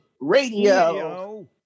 Radio